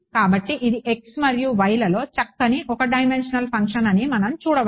కాబట్టి ఇది x మరియు y లలో చక్కని ఒక డైమెన్షనల్ ఫంక్షన్ అని మనం చూడవచ్చు